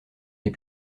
des